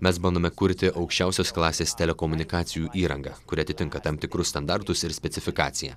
mes bandome kurti aukščiausios klasės telekomunikacijų įrangą kuri atitinka tam tikrus standartus ir specifikaciją